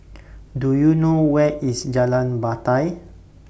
Do YOU know Where IS Jalan Batai